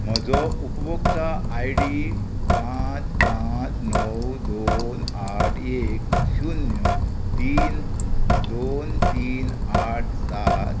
म्हजो उपभोक्ता I D पांच पांच णव दोन आठ एक शुन्य तीन दोन तीन आठ सात